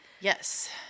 Yes